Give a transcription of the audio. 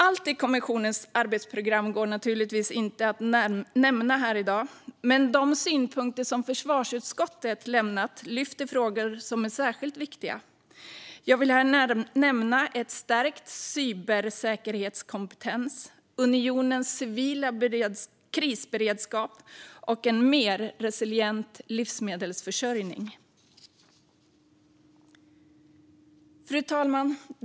Allt i kommissionens arbetsprogram går naturligtvis inte att nämna här i dag, men försvarsutskottet har lyft fram några frågor som är särskilt viktiga. Jag vill här nämna en stärkt cybersäkerhetskompetens, unionens civila krisberedskap och en mer resilient livsmedelsförsörjning. Fru talman!